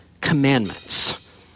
commandments